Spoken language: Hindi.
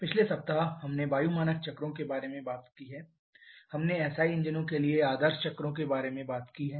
पिछले सप्ताह हमने वायु मानक चक्रों के बारे में चर्चा की है हमने एसआई इंजनों के लिए आदर्श चक्रों के बारे में बात की है